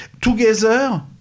together